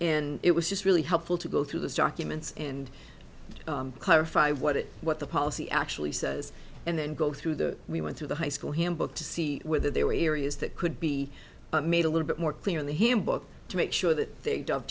and it was just really helpful to go through this documents and clarify what it what the policy actually says and then go through the we went to the high school handbook to see whether there were areas that could be made a little bit more clearly hymn book to make sure that they d